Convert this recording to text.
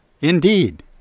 Indeed